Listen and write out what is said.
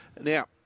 Now